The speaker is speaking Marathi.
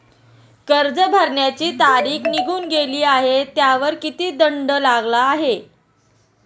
कर्ज भरण्याची तारीख निघून गेली आहे त्यावर किती दंड लागला आहे?